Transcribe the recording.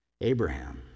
Abraham